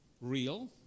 real